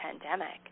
pandemic